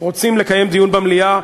רוצים לקיים דיון במליאה,